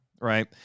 right